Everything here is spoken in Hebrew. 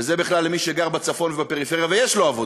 וזה בכלל לגבי מי שגר בצפון ובפריפריה ויש לו עבודה,